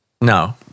No